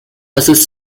assist